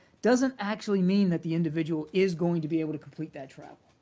doesn't actually mean that the individual is going to be able to complete that travel,